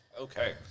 Okay